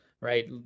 right